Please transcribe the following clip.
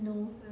no